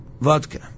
vodka